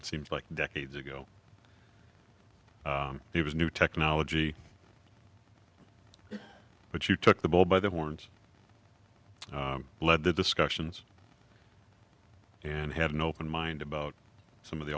it seems like decades ago there was new technology but you took the bull by the horns and led the discussions and have an open mind about some of the